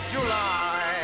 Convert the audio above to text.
July